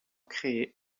créée